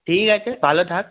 ঠিক আছে ভালো থাক